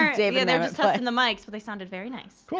um the and and but so and the mics, but they sounded very nice. cool,